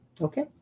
Okay